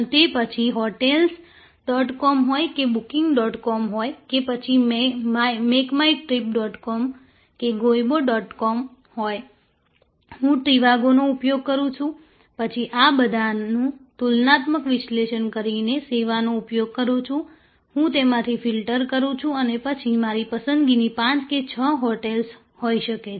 તે પછી hotels dot com હોય કે બુકિંગ ડોટ કોમ હોય કે પછી make my trip dot com કે ગોઇબો ડોટ કોમ હોય હું ટ્રીવાગોનો ઉપયોગ કરું છું પછી આ બધાનું તુલનાત્મક વિશ્લેષણ કરીને સેવા નો ઉપયોગ કરું છું હું તેમાંથી ફિલ્ટર કરું છું અને પછી મારી પસંદગીની 5 કે 6 હોટેલ્સ હોઈ શકે છે